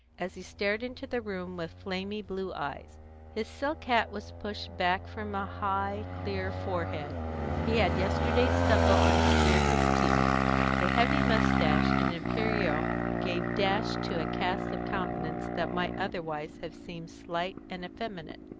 as he stared into the room with flamy blue eyes his silk hat was pushed back from a high, clear forehead he had yesterday's stubble on his beardless cheeks a heavy moustache and imperial gave dash to a cast of countenance that might otherwise have seemed slight and effeminate.